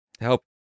help